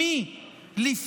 עם מי,